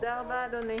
הישיבה נעולה.